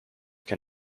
can